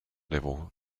level